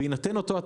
בהינתן אותו התקציב,